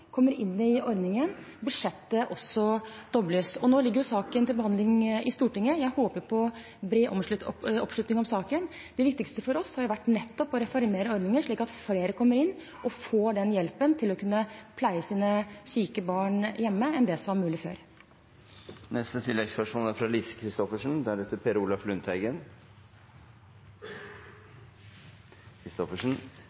kommer inn i ordningen, og at budsjettet også dobles. Saken ligger nå til behandling i Stortinget, og jeg håper på bred oppslutning om den. Det viktigste for oss har nettopp vært å reformere ordningen, slik at flere kommer inn og får den hjelpen til å kunne pleie sine syke barn hjemme, enn det som var mulig før. Lise Christoffersen – til oppfølgingsspørsmål. Tiltakspakke for å avbøte fattigdom er